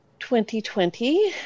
2020